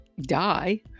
die